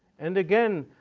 and again,